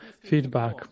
feedback